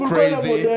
Crazy